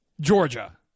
Georgia